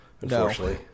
unfortunately